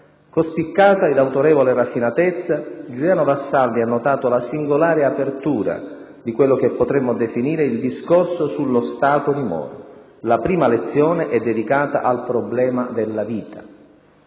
Con spiccata ed autorevole raffinatezza, Giuliano Vassalli ha notato la singolare apertura di quello che potremmo definire il «discorso sullo Stato» di Moro: la prima lezione è dedicata al «Problema della vita».